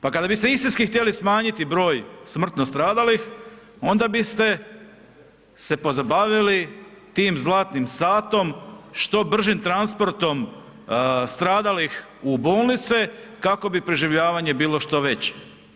Pa kad biste istinski htjeli smanjiti broj smrtno stradalih onda biste se pozabavili tim zlatnim satom, što bržim transportom stradalih u bolnice kako bi preživljavanje bilo što veće.